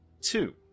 Two